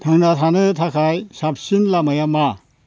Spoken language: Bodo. थांना थानो थाखाय साबसिन लामाया मा